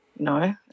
no